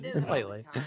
Slightly